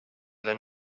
than